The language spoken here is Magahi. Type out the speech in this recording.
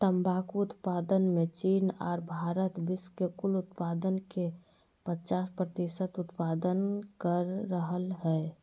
तंबाकू उत्पादन मे चीन आर भारत विश्व के कुल उत्पादन के पचास प्रतिशत उत्पादन कर रहल हई